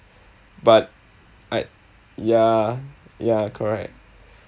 but I ya ya correct